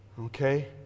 Okay